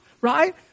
right